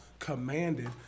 Commanded